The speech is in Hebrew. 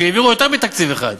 שהעבירו יותר מתקציב אחד,